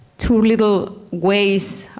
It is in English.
to little ways.